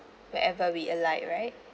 wherever we arrive right